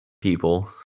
people